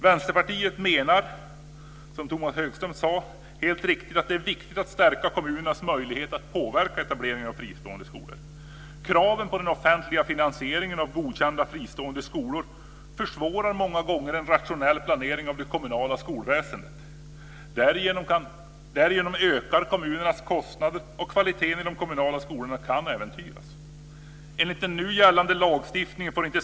Vänsterpartiet menar, som Tomas Högström helt riktigt sade, att det är viktigt att stärka kommunernas möjlighet att påverka etableringen av fristående skolor. Kraven på den offentliga finansieringen av godkända fristående skolor försvårar många gånger en rationell planering av det kommunala skolväsendet. Därigenom ökar kommunernas kostnader, och kvaliteten vid de kommunala skolorna kan äventyras.